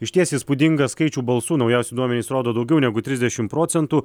išties įspūdingą skaičių balsų naujausi duomenys rodo daugiau negu trisdešim procentų